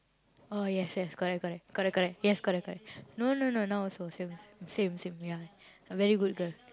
oh yes yes correct correct correct correct yes correct correct no no no no now also same same ya a very good girl